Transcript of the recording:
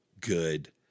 good